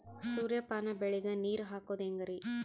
ಸೂರ್ಯಪಾನ ಬೆಳಿಗ ನೀರ್ ಹಾಕೋದ ಹೆಂಗರಿ?